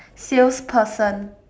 salesperson